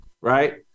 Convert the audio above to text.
Right